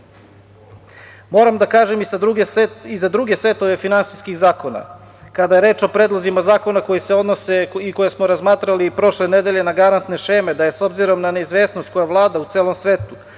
da kažem i za druge setove finansijskih zakona. Kada je reč o predlozima zakona koji se odnose i koje smo razmatrali prošle nedelje na garantne šeme, da je s obzirom na neizvesnost koja vlada u celom svetu,